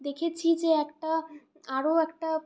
দেখেছি যে একটা আরও একটা